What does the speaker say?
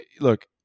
Look